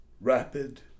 Rapid